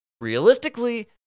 realistically